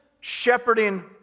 shepherding